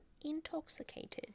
intoxicated